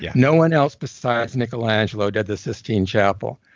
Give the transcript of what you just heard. yeah no one else besides michelangelo did the sistine chapel,